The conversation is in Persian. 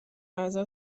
غذا